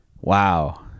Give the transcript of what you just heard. Wow